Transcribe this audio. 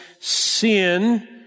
sin